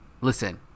listen